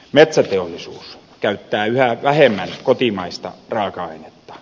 metsäteollisuus käyttää yhä vähemmän kotimaista raaka ainetta